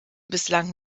bislang